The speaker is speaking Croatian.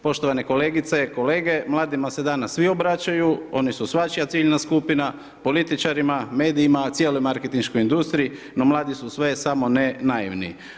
Poštovane kolegice, kolege, mladima se danas svi obraćaju, oni su svačija ciljna skupina, političarima, medijima, cijeloj marketinškoj industriji, no mladi su sve samo ne naivni.